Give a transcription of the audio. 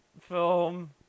film